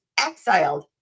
exiled